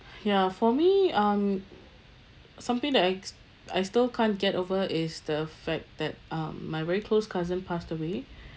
ya for me um something that I s~ I still can't get over is the fact that uh my very close cousin passed away